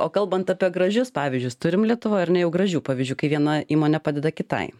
o kalbant apie gražius pavyzdžius turim lietuvoj ar ne jau gražių pavyzdžių kai viena įmonė padeda kitai